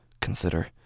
Consider